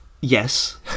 Yes